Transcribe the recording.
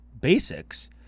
basics